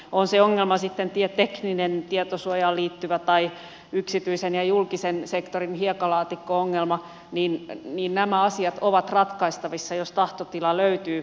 on se ongelma sitten tekninen tietosuojaan liittyvä tai yksityisen ja julkisen sektorin hiekkalaatikko ongelma niin nämä asiat ovat ratkaistavissa jos tahtotila löytyy